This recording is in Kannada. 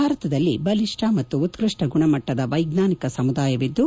ಭಾರತದಲ್ಲಿ ಬಲಿಷ್ಠ ಮತ್ತು ಉತ್ಪಷ್ಟ ಗುಣಮಟ್ಟದ ವೈಜ್ಞಾನಿಕ ಸಮುದಾಯವಿದ್ದು